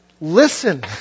listen